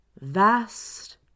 Vast